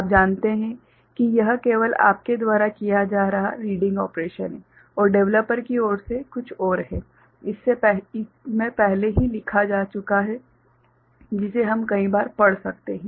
आप जानते हैं कि यह केवल आपके द्वारा किया जा रहा रीडिंग ऑपरेशन है और डेवलपर की ओर से कुछ है इसमें पहले ही लिखा जा चुका है जिसे हम कई बार पढ़ सकते हैं